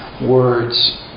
words